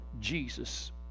Jesus